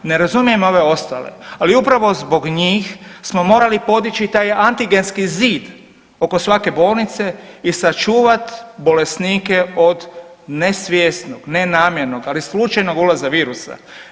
Ne razumijem ove ostale, ali upravo zbog njih smo morali podići taj antigenski zid oko svake bolnice i sačuvati bolesnike od nesvjesnog, nenamjernog, ali slučajnog ulaza virusa.